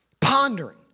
Pondering